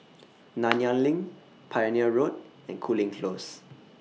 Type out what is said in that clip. Nanyang LINK Pioneer Road and Cooling Close